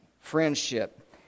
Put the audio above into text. friendship